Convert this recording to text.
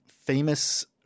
famous